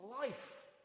life